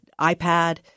iPad